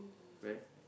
right